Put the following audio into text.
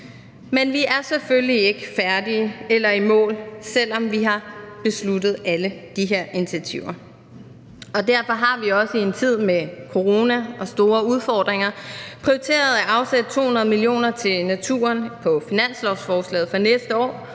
Men vi er selvfølgelig ikke færdige eller i mål, selv om vi har igangsat alle de her initiativer, og derfor har vi også i en tid med corona og store udfordringer prioriteret at afsætte 200 mio. kr. til naturen på finanslovsforslaget for næste år